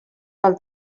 pel